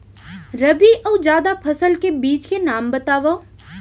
रबि अऊ जादा फसल के बीज के नाम बताव?